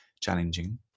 challenging